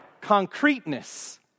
concreteness